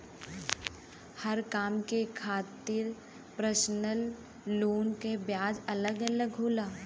हर काम के खातिर परसनल लोन के ब्याज अलग अलग होला